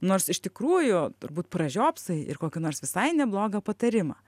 nors iš tikrųjų turbūt pražiopsai ir kokį nors visai neblogą patarimą